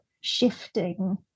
shifting